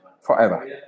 forever